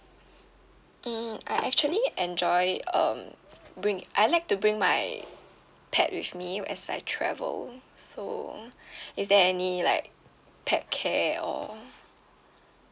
hmm I actually enjoy um bring I like to bring my pet with me as I travel so is there any like pet care or